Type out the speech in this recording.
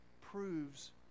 proves